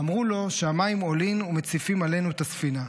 אמרו לו: שהמים עולין ומציפין עלינו את הספינה".